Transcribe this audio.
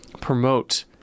promote